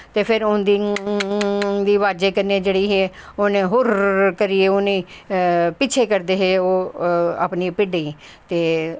ते फिर उंदी ट ट ट दी अवाज़ें कन्नैं उनैं हुरर करियै उनेंगी पिच्छें करदे हे ओह् अपनियें भिड्डें गी ते